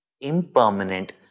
impermanent